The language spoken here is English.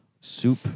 soup